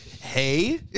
Hey